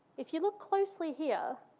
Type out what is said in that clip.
if you look closely here,